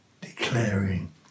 declaring